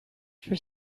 for